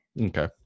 Okay